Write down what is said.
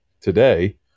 today